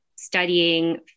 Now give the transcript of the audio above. studying